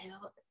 out